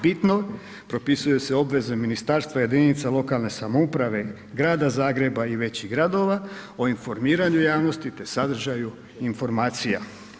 Bitno, propisuje se obveze ministarstva, jedinica lokalne samouprave, Grada Zagreba i većih gradova o informiranju javnosti te sadržaju informacija.